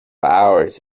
hours